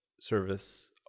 service